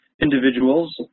individuals